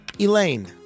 Elaine